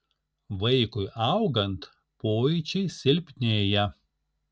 vaikui augant pojūčiai silpnėja